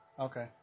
Okay